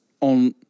on